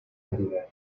medidas